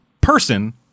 person